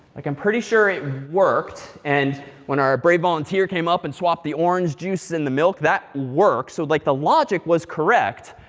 like, i'm pretty sure it worked. and when our brave volunteer came up and swapped the orange juice and the milk, that worked. so like, the logic was correct,